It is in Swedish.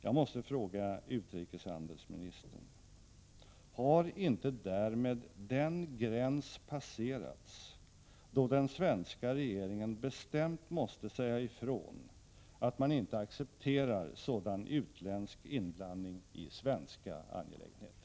Jag måste fråga utrikeshandelsministern: Har inte därmed den gräns passerats då den svenska regeringen bestämt måste säga ifrån att den inte accepterar sådan utländsk inblandning i svenska angelägenheter?